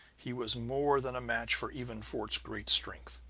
he was more than a match for even fort's great strength,